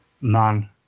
man